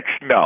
no